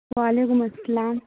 وعلیکم السلام